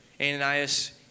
Ananias